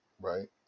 Right